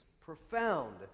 Profound